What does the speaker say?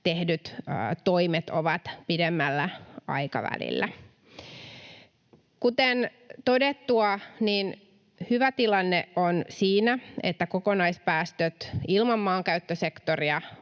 tehdyt toimet ovat pidemmällä aikavälillä. Kuten todettua, hyvä tilanne on siinä, että kokonaispäästöt ilman maankäyttösektoria